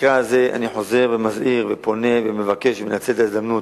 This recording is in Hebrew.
במקרה הזה אני חוזר ומזהיר ופונה ומבקש ומנצל את ההזדמנות: